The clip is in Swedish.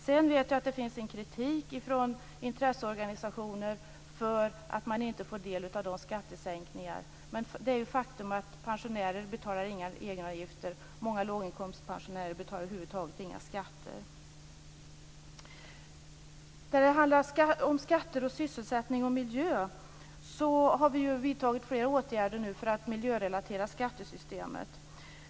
Sedan vet jag att det finns kritik från intresseorganisationer för att man inte får del av skattesänkningarna, men det är ju ett faktum att pensionärerna inte betalar några egenavgifter. Många låginkomstpensionärer betalar över huvud taget inga skatter. När det handlar om skatter, sysselsättning och miljö har vi ju vidtagit flera åtgärder nu för att miljörelatera skattesystemet.